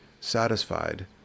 satisfied